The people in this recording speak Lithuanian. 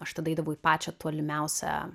aš tada eidavau į pačią tolimiausią